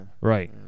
Right